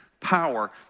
Power